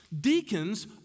Deacons